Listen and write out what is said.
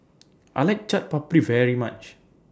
I like Chaat Papri very much